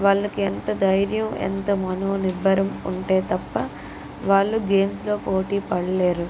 వాళ్ళకి ఎంత ధైర్యం ఎంత మనోనిర్భరం ఉంటే తప్పా వాళ్ళు గేమ్స్లో పోటీ పడలేరు